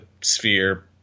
sphere